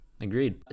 agreed